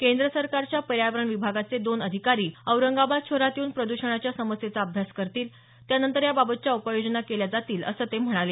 केंद्र सरकारच्या पर्यावरण विभागाचे दोन अधिकारी औरंगाबाद शहरात येऊन प्रद्षणाच्या समस्येचा अभ्यास करतील त्यानंतर याबाबतच्या उपाययोजना केल्या जातील असं ते म्हणाले